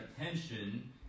attention